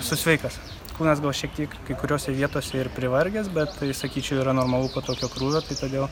esu sveikas kūnas gal šiek tiek kai kuriose vietose ir privargęs bet tai sakyčiau yra normalu po tokio krūvio tai todėl